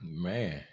Man